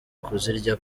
kuzirya